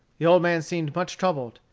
the old man seemed much troubled.